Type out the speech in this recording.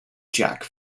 jack